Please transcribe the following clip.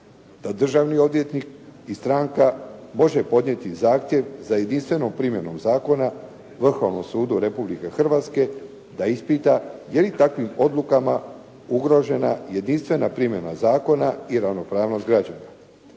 Da državni odvjetnik i stranka može podnijeti zahtjev za jedinstvenom primjenom zakona Vrhovnom sudu Republike Hrvatske, da ispita je li takvim odlukama ugrožena jedinstvena primjena zakona i ravnopravnost zakona.